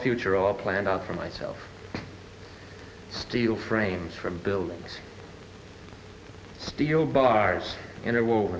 future all planned out for myself steel frames from building steel bars and i will